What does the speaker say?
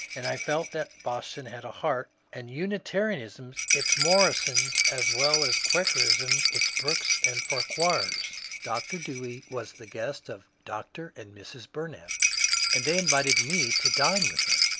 and i felt that boston had a heart, and unitarianism its morrisons as well as quakerism its brookes and farquhars. dr. dewey was the guest of dr. and mrs. bumap, and they invited me to dine with him.